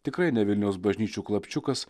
tikrai ne vilniaus bažnyčių klapčiukas